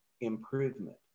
improvement